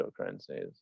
cryptocurrencies